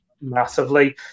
massively